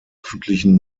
öffentlichen